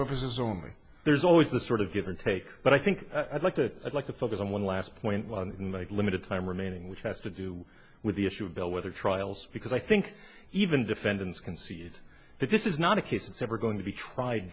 purposes only there's always the sort of give and take but i think i'd like to i'd like to focus on one last point in my limited time remaining which has to do with the issue of bellwether trials because i think even defendants concede that this is not a case it's ever going to be tried